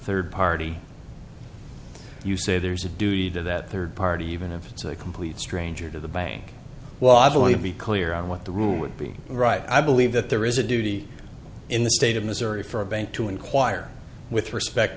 third party you say there's a duty to that third party even if it's a complete stranger to the bank well i want to be clear on what the rule would be right i believe that there is a duty in the state of missouri for a bank to inquire with respect